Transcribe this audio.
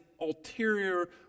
ulterior